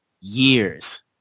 years